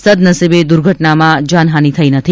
સદનસીબે દ્દર્ઘટનામાં જાનહાની થઈ નથી